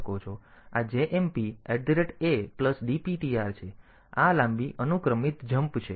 આ JMP ADPTR છે તેથી આ લાંબી અનુક્રમિત જમ્પ છે